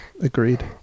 agreed